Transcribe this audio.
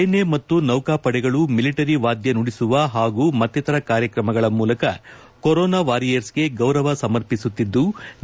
ಸೇನೆ ಮತ್ತು ನೌಕಾಪಡೆಗಳು ಮಿಲಿಟರಿ ವಾದ್ಯ ನುಡಿಸುವ ಹಾಗೂ ಮತ್ತಿತರ ಕಾರ್ಯಕ್ರಮಗಳ ಮೂಲಕ ಕೊರೊನಾ ವಾರಿಯರ್ಸ್ಗೆ ಗೌರವ ಸಮರ್ಪಿಸುತ್ತಿದ್ಲು